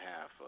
half